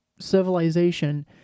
civilization